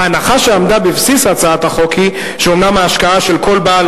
ההנחה שעמדה בבסיס הצעת החוק היא שאומנם ההשקעה של כל בעל